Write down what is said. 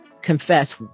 confess